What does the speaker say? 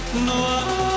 No